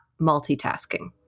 multitasking